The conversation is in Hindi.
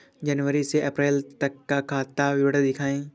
जनवरी से अप्रैल तक का खाता विवरण दिखाए?